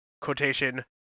Quotation